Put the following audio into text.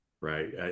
right